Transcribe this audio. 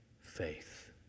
faith